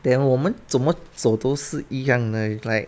then 我们怎么走都是一样的 like